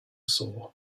saw